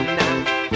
now